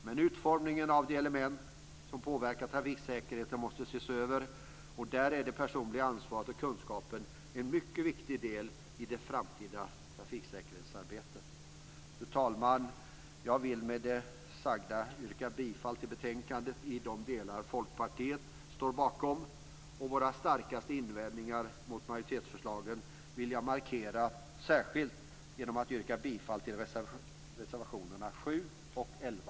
Men utformningen av de element som påverkar trafiksäkerheten måste ses över. Det personliga ansvaret och kunskapen är en mycket viktig del i det framtida trafiksäkerhetsarbetet. Fru talman! Med det sagda yrkar jag bifall till hemställan i betänkandet i de delar som Folkpartiet står bakom. Våra starkaste invändningar mot majoritetsförslagen vill jag markera särskilt genom att yrka bifall till reservationerna 7 och 11.